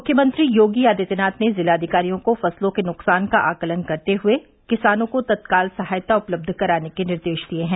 मुख्यमंत्री योगी आदित्यनाथ ने जिलाधिकारियों को फसलों के नुकसान का आकलन करते हुए किसानों को तत्काल सहायता उपलब्ध कराने के निर्देश दिये हैं